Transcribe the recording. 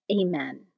Amen